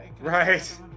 Right